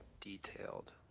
detailed